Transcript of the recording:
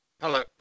Hello